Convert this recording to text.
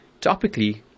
topically